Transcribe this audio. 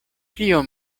kio